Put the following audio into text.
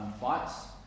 fights